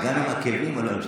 גם עם עקבים עלו על שולחנות,